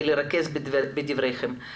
כיוון שיש לנו דיון מאוד חשוב מיד לאחר הדיון הזה.